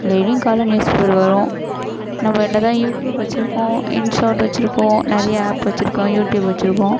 டெய்லியும் காலைல newspaper வரும் நம்ம என்ன தான் யூடியூப் வச்சுருக்கோம் இன்ஷாட் வச்சுருக்கோம் நிறைய ஆப் வச்சுருக்கோம் யூடியூப் வச்சுருக்கோம்